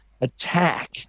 attack